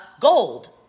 gold